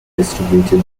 distributed